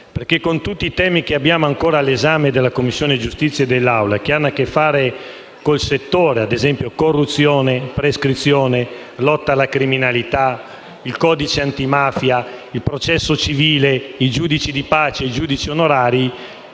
Con tutti i temi che abbiamo ancora all'esame della Commissione giustizia e dell'Assemblea e che hanno a che fare con il settore (corruzione, prescrizione, lotta alla criminalità, codice antimafia, processo civile, giudici di pace, giudici onorari)